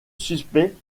suspect